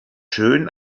schön